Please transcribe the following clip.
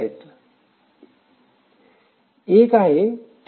एक आहे त्यांना एंडलेस लूप असते